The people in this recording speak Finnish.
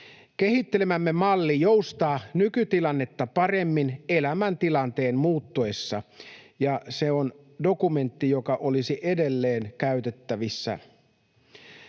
Kehittelemämme malli joustaa nykytilannetta paremmin elämäntilanteen muuttuessa, ja se on dokumentti, joka olisi edelleen käytettävissä.